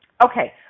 Okay